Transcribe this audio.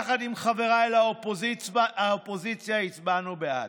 יחד עם חבריי לאופוזיציה הצבענו בעד.